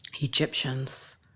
Egyptians